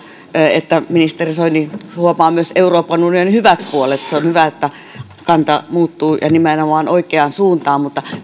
että ministeri soini huomaa myös euroopan unionin hyvät puolet se on hyvä että kanta muuttuu ja nimenomaan oikeaan suuntaan mutta